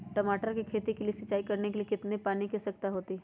टमाटर की खेती के लिए सिंचाई करने के लिए कितने पानी की आवश्यकता होती है?